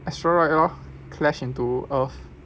asteroid lor crash into earth